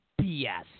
BS